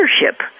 leadership